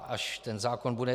Až ten zákon bude.